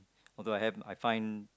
although I have I find